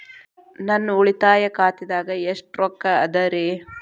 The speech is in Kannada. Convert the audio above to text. ನನ್ನ ಉಳಿತಾಯ ಖಾತಾದಾಗ ಎಷ್ಟ ರೊಕ್ಕ ಅದ ರೇ?